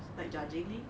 like judging